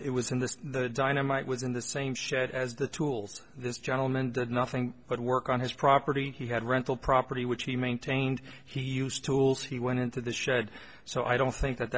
it was in the dynamite was in the same shed as the tools that this gentleman did nothing but work on his property he had rental property which he maintained he used tools he went into the shed so i don't think that